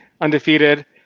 undefeated